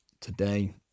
today